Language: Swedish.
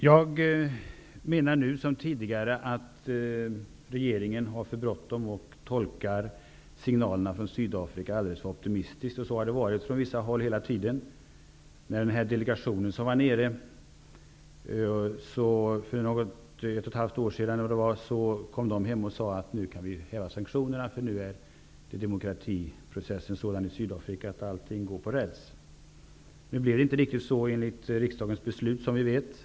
Jag menar nu som tidigare att regeringen har för bråttom och tolkar signalerna från Sydafrika alldeles för optimistiskt, och så har man på vissa håll gjort hela tiden. Den delegation som besökte Sydafrika för ett och ett halvt år sedan kom hem och sade att vi nu kunde häva sanktionerna. Nu var demokratiprocessen i Sydafrika sådan att allt skulle gå på räls. Som framgår av riksdagens beslut blev det inte riktigt så.